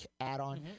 add-on